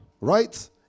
right